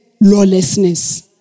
lawlessness